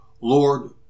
Lord